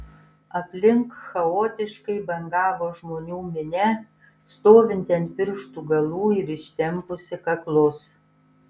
aplink chaotiškai bangavo žmonių minia stovinti ant pirštų galų ir ištempusi kaklus